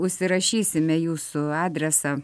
užsirašysime jūsų adresą